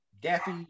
Daffy